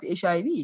HIV